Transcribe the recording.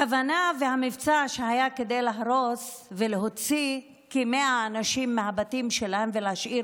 המבצע שהיה כדי להרוס ולהוציא כ-100 אנשים מהבתים שלהם ולהשאיר